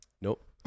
Nope